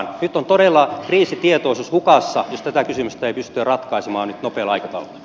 nyt on todella kriisitietoisuus hukassa jos tätä kysymystä ei pystytä ratkaisemaan nopealla aikataululla